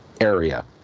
area